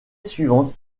suivante